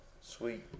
Sweet